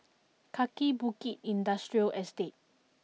Kaki Bukit Industrial Estate